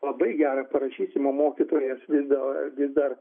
labai gerą parašysim o mokytojas vis da vis dar